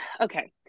okay